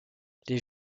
les